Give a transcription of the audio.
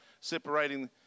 separating